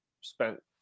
spent